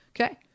Okay